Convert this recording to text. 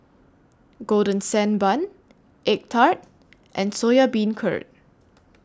Golden Sand Bun Egg Tart and Soya Beancurd